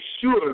sure